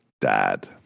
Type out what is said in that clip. Dad